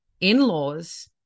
in-laws